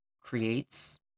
Creates